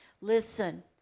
listen